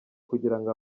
kugirango